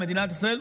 על מדינת ישראל,